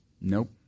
Nope